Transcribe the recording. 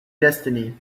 destiny